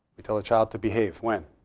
we tell a child to behave when?